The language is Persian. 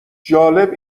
جالب